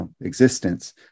existence